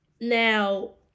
Now